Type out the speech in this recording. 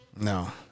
No